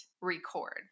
record